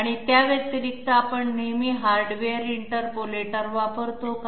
आणि त्या व्यतिरिक्त आपण नेहमी हार्डवेअर इंटरपोलेटर वापरतो का